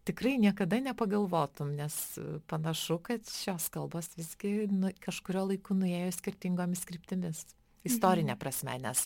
tikrai niekada nepagalvotum nes panašu kad šios kalbos visgi kažkuriuo laiku nuėjo skirtingomis kryptimis istorine prasme nes